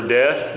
death